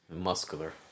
Muscular